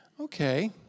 Okay